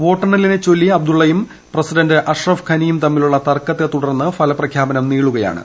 വോട്ടെണ്ണലിനെ ചൊല്ലി അബ്ദുള്ളയും പ്രസിഡന്റ് അഷ്റഫ് ഖനിയും തമ്മിലുള്ള തർക്കത്തെ തുടർന്ന് ഫലപ്രഖ്യാപനം നീളുകയാണ്